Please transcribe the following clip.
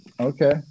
Okay